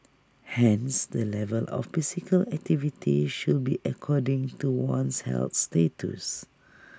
hence the level of physical activity should be according to one's health status